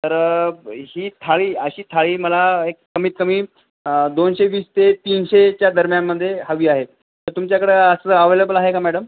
तर ही थाळी अशी थाळी मला एक कमीत कमी दोनशे वीस ते तीनशेच्या दरम्यानमध्ये हवी आहे तर तुमच्याकडे असं अवेलेबल आहे का मॅडम